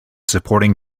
supporting